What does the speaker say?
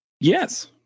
yes